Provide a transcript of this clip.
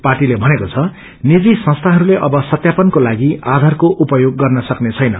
पार्टीले पनेको छ निजी संस्याहरूलेअब संस्यापनको लागि आधारको उपयोग गत्र सक्ने छैन